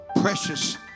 precious